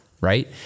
right